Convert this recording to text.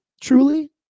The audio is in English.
truly